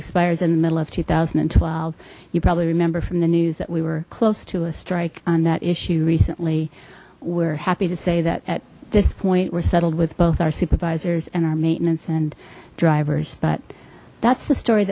expires in the middle of two thousand and twelve you probably remember from the news that we were close to a strike on that issue recently we're happy to say that at this point were settled with both our supervisors and our maintenance and drivers but that's the story